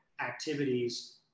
activities